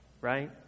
right